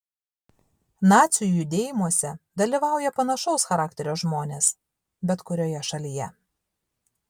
nacių judėjimuose dalyvauja panašaus charakterio žmonės bet kurioje šalyje